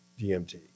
DMT